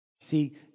See